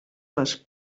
les